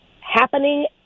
happening